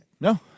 No